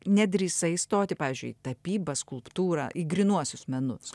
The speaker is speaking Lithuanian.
nedrįsai stoti pavyzdžiui į tapybą skulptūrą į grynuosius menus